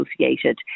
associated